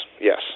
Yes